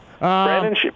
Brandon